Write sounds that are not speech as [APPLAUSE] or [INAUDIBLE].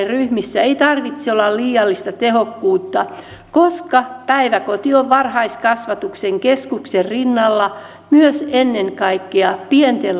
[UNINTELLIGIBLE] ryhmissä ei tarvitse olla liiallista tehokkuutta koska päiväkoti on varhaiskasvatuksen keskuksen rinnalla myös ennen kaikkea pienten [UNINTELLIGIBLE]